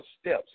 steps